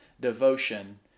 devotion